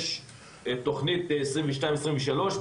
יש תוכנית 2022-2023,